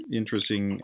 interesting